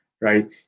right